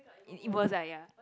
in in both like ya